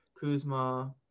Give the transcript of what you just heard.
Kuzma